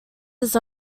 his